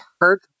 hurt